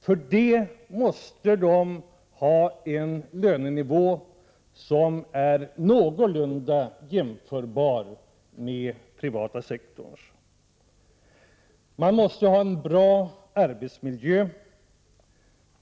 För att kunna bli det måste de ha en lönenivå som är någorlunda jämförbar med den privata sektorns. Arbetsmiljön måste vara bra.